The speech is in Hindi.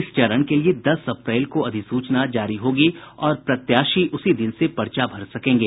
इस चरण के लिए दस अप्रैल को अधिसूचना जारी होगी और प्रत्याशी उसी दिन से पर्चा भर सकेंगे